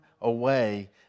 away